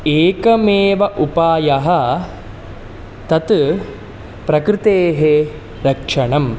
एकमेव उपायः तत् प्रकृतेः रक्षणम्